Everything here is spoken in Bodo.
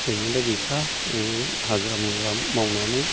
गैनायालाय गैखाया हाजिरा मुजिरा मावनानै